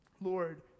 Lord